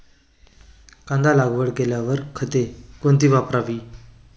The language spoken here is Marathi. कांदा लागवड केल्यावर खते कोणती वापरावी?